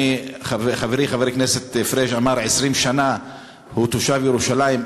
חברי חבר הכנסת פריג' אמר ש-20 שנה הוא תושב ירושלים,